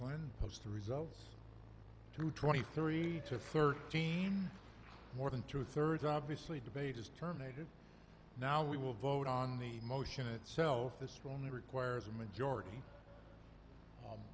planned post the results to twenty three to thirteen more than two thirds obviously debate is terminated now we will vote on the motion itself this one requires a majority